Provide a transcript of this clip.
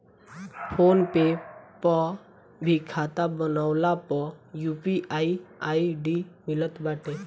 phone पे पअ भी खाता बनवला पअ यू.पी.आई आई.डी मिलत बाटे